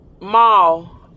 mall